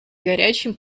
горячим